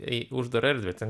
į uždarą erdvę ten